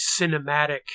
cinematic